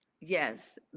yes